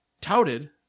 touted